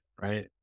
right